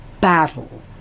battle